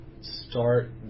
start